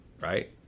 right